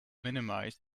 minimized